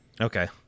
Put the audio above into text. Okay